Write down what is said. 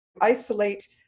isolate